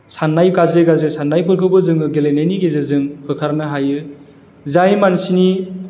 साननाय गाज्रि गाज्रि साननायफोरखौबो जोङो गेलेनायनि गेजेरजों होखारनो हायो जाय मानसिनि